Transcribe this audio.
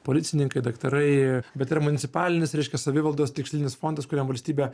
policininkai daktarai bet yra municipalinis reiškia savivaldos tikslinis fondas kuriam valstybė